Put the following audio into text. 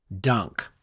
dunk